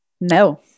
No